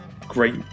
great